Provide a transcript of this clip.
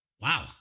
Wow